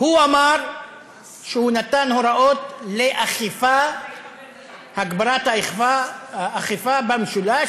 הוא אמר שהוא נתן הוראות להגברת האכיפה במשולש,